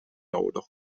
nodig